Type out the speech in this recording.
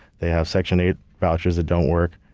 they have section eight vouchers that don't work,